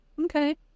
okay